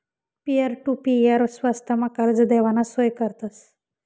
peer to peer स्वस्तमा कर्ज देवाना सोय करतस